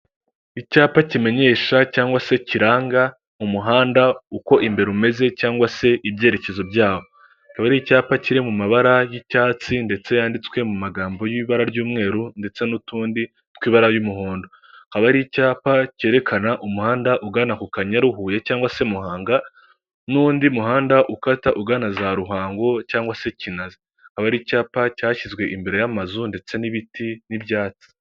Icyapa kimenyesha cyangwa se kiranga umuhanda uko imbere umeze, cyangwe se ibyerekezo byawoba ari icyapa kiri mu mabara y'icyatsi ndetse yanditswe mu magambo y'ibara ry'umweru ndetse n'utundi tw'ibara ry'umuhondo, haba ari icyapa cyerekana umuhanda ugana kukanyayaruhuye cyangwa se muhanga n'undi muhanda ukata ugana za ruhango cg se kinazi haba ari icyapa cyashyizwe imbere y'amazu ndetse n'ibiti n'ibyatsi.